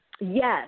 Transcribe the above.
Yes